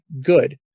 good